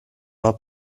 alla